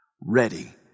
ready